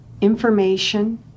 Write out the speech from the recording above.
information